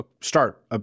start